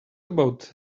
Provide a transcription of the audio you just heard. about